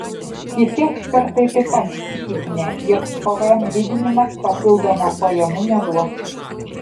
kiti ekspertai taip pat įsitikinę jog pvm didinimas papildomų pajamų neduos